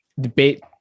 debate